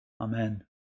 Amen